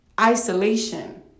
isolation